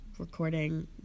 recording